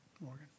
Morgan